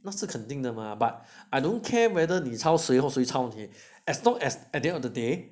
那是肯定的 mah but I don't care whether 你抄谁或谁抄你 as long as at the end of the day